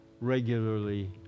regularly